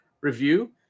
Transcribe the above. review